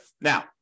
Now